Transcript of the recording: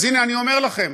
אז הנה, אני אומר לכם,